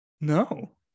no